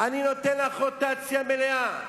אני נותן לך רוטציה מלאה,